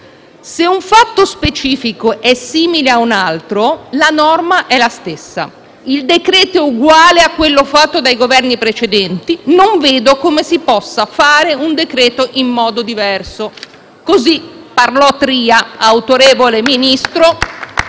se un «fatto specifico è simile a un altro, la norma è la stessa e il decreto è uguale» a quello fatto dei Governi precedenti. «Non vedo come si possa fare un decreto in modo diverso»: così parlò Tria *(Applausi